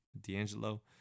D'Angelo